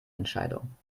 entscheidung